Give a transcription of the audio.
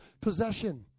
possession